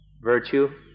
virtue